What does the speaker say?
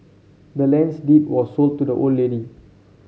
the land's deed were sold to the old lady